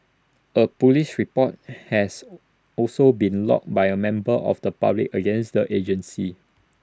A Police report has also been lodged by A member of the public against the agency